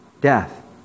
death